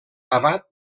abat